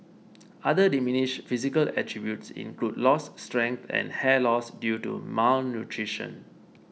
other diminished physical attributes include lost strength and hair loss due to malnutrition